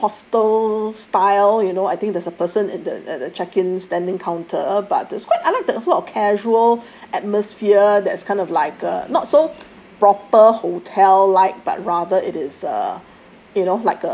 semi hostel style you know I think there's a person at the at the check in standing counter but this I like the a sort of casual atmosphere that's kind of like uh not so proper hotel like but rather it is uh